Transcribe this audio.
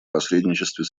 посредничестве